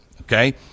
Okay